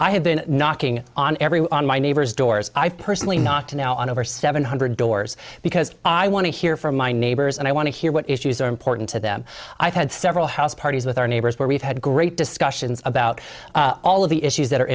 i have been knocking on every on my neighbors doors i've personally not to now and over seven hundred doors because i want to hear from my neighbors and i want to hear what issues are important to them i've had several house parties with our neighbors where we've had great discussions about all of the issues that are